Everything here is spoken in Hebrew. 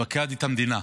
פקד את המדינה,